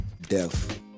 death